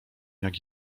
jak